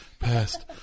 past